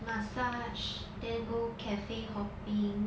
massage then go cafe hopping